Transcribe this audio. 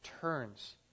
turns